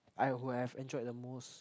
I would have enjoyed the most